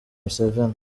museveni